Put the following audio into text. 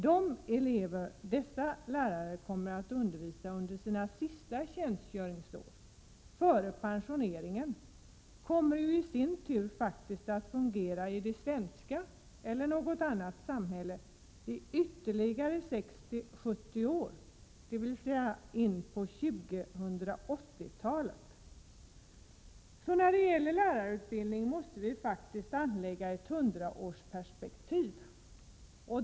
De elever som dessa lärare kommer att undervisa under sina sista tjänstgöringsår före pensioneringen kommer i sin tur faktiskt att fungera i det svenska samhället eller i något annat samhälle i ytterligare 60-70 år, dvs. in på 2080-talet. För lärarutbildningen måste vi alltså anlägga ett 100-årsperspektiv.